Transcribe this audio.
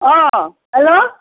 অঁ হেল্ল'